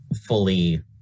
fully